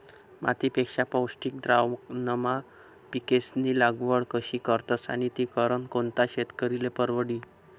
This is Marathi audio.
मातीपेक्षा पौष्टिक द्रावणमा पिकेस्नी लागवड कशी करतस आणि ती करनं कोणता शेतकरीले परवडी?